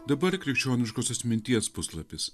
dabar krikščioniškosios minties puslapis